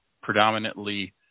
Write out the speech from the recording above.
predominantly